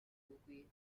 үгүй